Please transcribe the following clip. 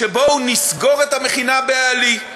בואו נסגור את המכינה בעלי.